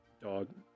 dog